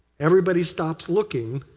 everybody stops looking,